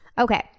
Okay